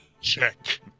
Check